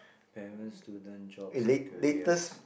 parents student jobs and careers